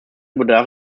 bedarf